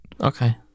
Okay